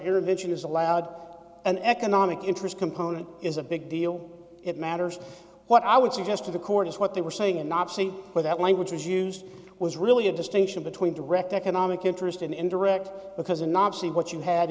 intervention is allowed an economic interest component is a big deal it matters what i would suggest to the court is what they were saying and not see where that language was used was really a distinction between direct economic interest and indirect because a knob see what you had